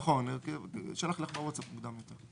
נכון, שלחתי לך בווטצאפ קודם.